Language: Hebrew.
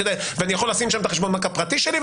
ואני יכול לשים שם את חשבון הבנק הפרטי שלי,